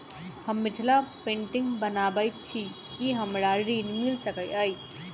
हम मिथिला पेंटिग बनाबैत छी की हमरा ऋण मिल सकैत अई?